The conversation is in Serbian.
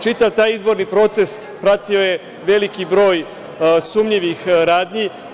Čitav taj izborni proces pratio je veliki broj sumnjivih radnji.